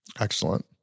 Excellent